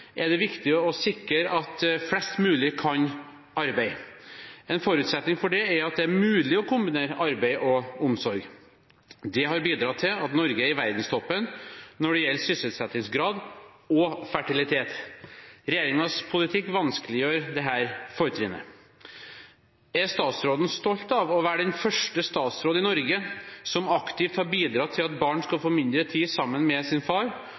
er det viktig å sikre at flest mulig kan arbeide. En forutsetning for det er at det er mulig å kombinere arbeid og omsorg. Det har bidratt til at Norge er i verdenstoppen når det gjelder sysselsettingsgrad og fertilitet. Regjeringens politikk vanskeliggjør dette fortrinnet. Er statsråden stolt av å være den første statsråd i Norge som aktivt har bidratt til at barn skal få mindre tid sammen med sin far,